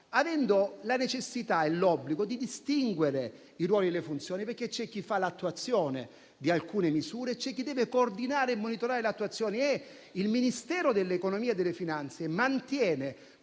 avendo la necessità e l'obbligo di distinguere i ruoli e le funzioni? Vi è, infatti, chi si occupa dell'attuazione di alcune misure e c'è chi deve coordinare e monitorare l'attuazione. Il Ministero dell'economia e delle finanze mantiene